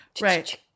Right